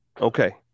Okay